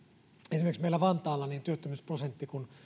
esimerkiksi meillä vantaalla työttömyysprosentti kun